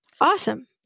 Awesome